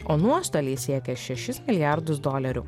o nuostoliai siekė šešis milijardus dolerių